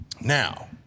now